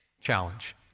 challenge